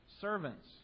servants